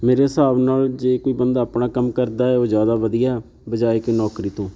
ਮੇਰੇ ਹਿਸਾਬ ਨਾਲ਼ ਜੇ ਕੋਈ ਬੰਦਾ ਆਪਣਾ ਕੰਮ ਕਰਦਾ ਹੈ ਉਹ ਜ਼ਿਆਦਾ ਵਧੀਆ ਬਜਾਏ ਕਿ ਨੌਕਰੀ ਤੋਂ